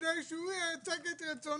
כדי שהוא ייצג את רצונו,